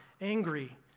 angry